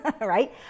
right